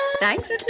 thanks